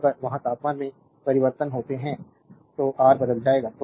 तो अगर वहां तापमान में परिवर्तन होते हैं तो आर बदल जाएगा